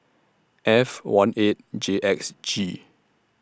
F one eight J X G